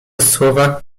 słowa